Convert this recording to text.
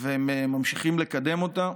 והם ממשיכים לקדם אותה.